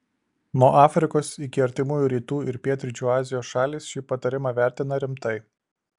nuo afrikos iki artimųjų rytų ir pietryčių azijos šalys šį patarimą vertina rimtai